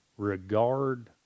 Regard